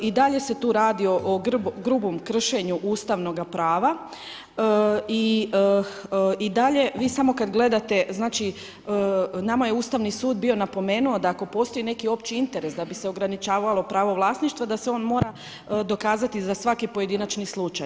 I dalje se tu radi o grubom kršenju ustavnoga prava i dalje, vi samo kad gledate, znači, nama je Ustavni sud, bio napomenuo, da ako postoji neki opći interes da bi se ograničavalo pravo vlasništvo, da se on mora dokazati za svaki pojedinačni slučaj.